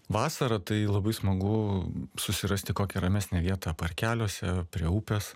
vasarą tai labai smagu susirasti kokią ramesnę vietą parkeliuose prie upės